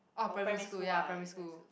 or primary school ah in primary school